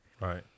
Right